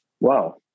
wow